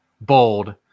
bold